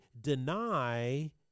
deny